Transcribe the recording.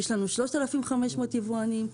יש לנו 3,500 יבואנים,